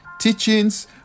teachings